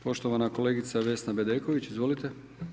Poštovana kolegica Vesna Bedeković, izvolite.